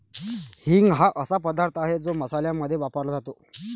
हिंग हा असा पदार्थ आहे जो मसाल्यांमध्ये वापरला जातो